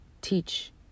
teach